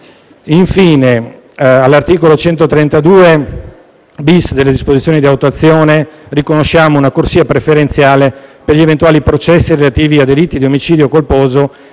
Infine, all'articolo 132-*bis* delle disposizioni di attuazione, riconosciamo una corsia preferenziale per gli eventuali processi relativi a delitti di omicidio colposo